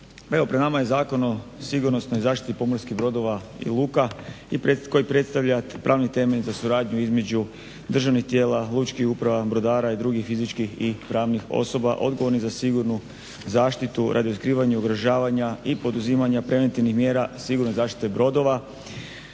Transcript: pred nama je Zakon o sigurnosnoj zaštiti pomorskih brodova i luka koji predstavlja pravni temelj za suradnju između državnih tijela, lučkih uprava, brodara i drugih fizičkih i pravnih osoba odgovornih za sigurnu zaštitu radi otkrivanja i ugrožavanja i poduzimanja preventivnih mjera sigurne zaštite brodova